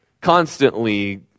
constantly